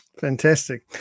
Fantastic